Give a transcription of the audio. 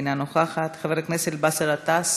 אינו נוכח, חברת הכנסת רויטל סויד,